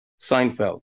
Seinfeld